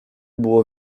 było